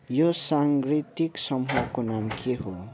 यो साङ्गीतिक समूहको नाम के हो